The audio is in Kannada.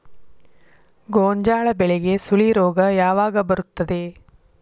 ಗೋಂಜಾಳ ಬೆಳೆಗೆ ಸುಳಿ ರೋಗ ಯಾವಾಗ ಬರುತ್ತದೆ?